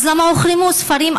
אז למה הוחרמו ספרים,